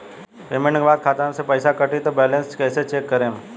Payment के बाद खाता मे से पैसा कटी त बैलेंस कैसे चेक करेम?